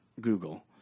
Google